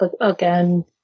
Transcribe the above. again